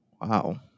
Wow